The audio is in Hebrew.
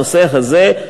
הנושא הזה,